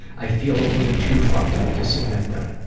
i feel a little too fucked up to submit them.